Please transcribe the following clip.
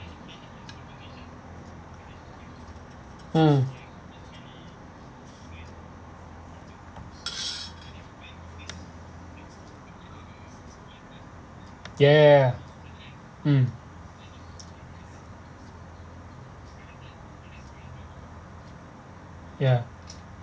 mm yeah mm ya